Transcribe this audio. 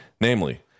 Namely